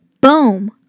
boom